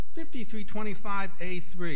5325A3